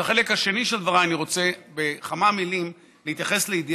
בחלק השני של דבריי אני רוצה בכמה מילים